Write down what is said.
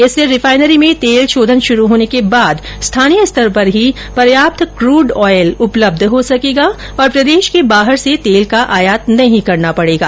इससे रिफाइनरी में तेल शोधन शुरू होने के बाद स्थानीय स्तर पर ही पर्याप्त क्रूड ऑयल उपलब्ध हो सकेगा और प्रदेश के बाहर से तेल का आयात नहीं करना पड़ेगा